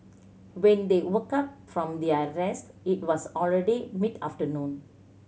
when they woke up from their rest it was already mid afternoon